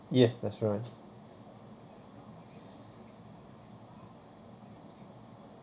yes that's right